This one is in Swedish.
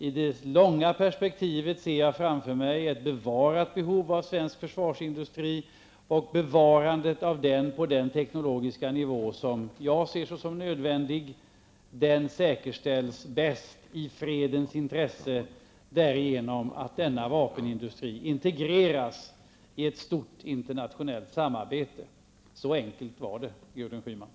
I det långa perspektivet ser jag ett kvarstående behov av svensk försvarsindustri. Bevarandet på den teknologiska nivå som jag anser vara nödvändig säkerställs bäst i fredens intresse genom att denna vapenindustri integreras i ett stort internationellt samarbete. Så enkelt är det, Gudrun Schyman!